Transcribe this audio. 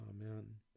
Amen